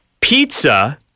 Pizza